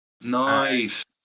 Nice